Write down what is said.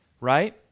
right